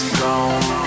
gone